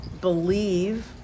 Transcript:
believe